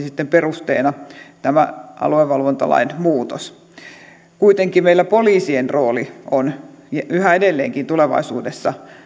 sitten perusteena tälle aluevalvontalain muutokselle kuitenkin meillä poliisien rooli on yhä edelleenkin tulevaisuudessa